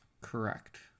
Correct